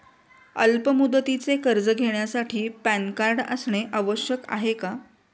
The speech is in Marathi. अल्प मुदतीचे कर्ज घेण्यासाठी पॅन कार्ड असणे आवश्यक आहे का?